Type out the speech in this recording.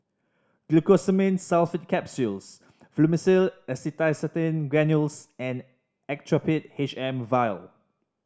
Glucosamine Sulfate Capsules Fluimucil Acetylcysteine Granules and Actrapid H M Vial